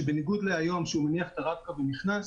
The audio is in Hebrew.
בניגוד להיום שהוא מניח את הרב-קו ונכנס,